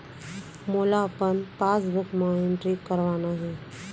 मोला अपन पासबुक म एंट्री करवाना हे?